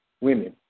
women